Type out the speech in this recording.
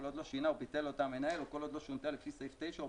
עוד לא שינה או ביטל אותה מנהל או כל עוד לא שונתה לפי סעיף 9 או